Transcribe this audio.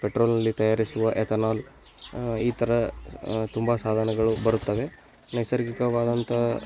ಪೆಟ್ರೋಲ್ನಲ್ಲಿ ತಯಾರಿಸುವ ಎತನಾಲ್ ಈ ಥರ ತುಂಬ ಸಾಧನಗಳು ಬರುತ್ತವೆ ನೈಸರ್ಗಿಕವಾದಂತಹ